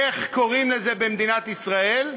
איך קוראים לזה במדינת ישראל?